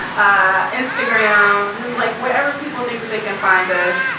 and ah instagram is like wherever people think that they can find us,